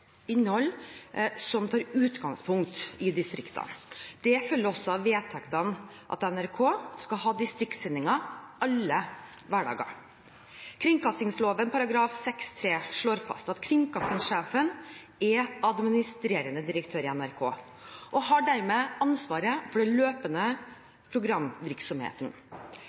innhold som tar utgangspunkt i distriktene. Det følger også av vedtektene at NRK skal ha distriktssendinger alle hverdager. Kringkastingsloven § 6-3 slår fast at kringkastingssjefen er administrerende direktør i NRK og dermed har ansvaret for den løpende programvirksomheten.